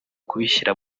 kubishyira